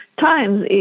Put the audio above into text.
times